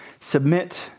submit